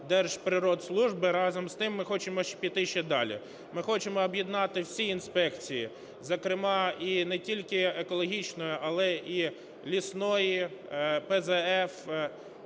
Держприродслужби. Разом з тим, ми хочемо піти ще далі. Ми хочемо об'єднати всі інспекції, зокрема і не тільки екологічної, але і лісної, ПЗФ,